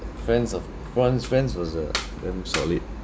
friends of one is friends was the damn solid